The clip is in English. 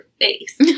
face